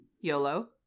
YOLO